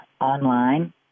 online